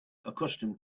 accustomed